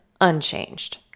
unchanged